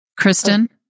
Kristen